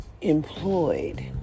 employed